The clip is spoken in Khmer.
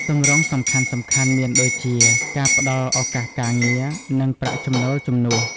ទម្រង់សំខាន់ៗមានដូចជា ការផ្តល់ឱកាសការងារ និងប្រាក់ចំណូលជំនួស។